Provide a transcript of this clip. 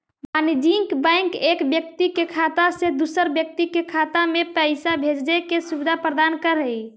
वाणिज्यिक बैंक एक व्यक्ति के खाता से दूसर व्यक्ति के खाता में पैइसा भेजजे के सुविधा प्रदान करऽ हइ